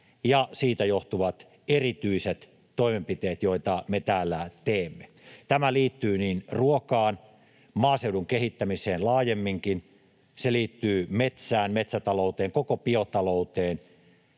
ja siitä johtuvat erityiset toimenpiteet, joita me täällä teemme. Tämä liittyy niin ruokaan, maaseudun kehittämiseen laajemminkin, se liittyy metsään, metsätalouteen, koko biotalouteen